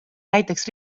näiteks